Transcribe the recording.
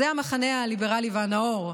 זה המחנה הליברלי והנאור.